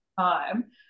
time